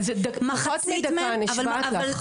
מחצית שנייה, נשבעת לך.